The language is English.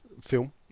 Film